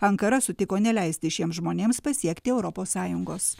ankara sutiko neleisti šiem žmonėms pasiekti europos sąjungos